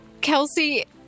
Kelsey